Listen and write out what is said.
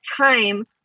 time